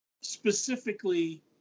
specifically